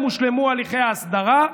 עוד טרם הושלמו הליכי ההסדרה,